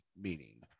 meaning